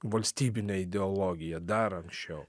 valstybine ideologija dar anksčiau